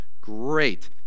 Great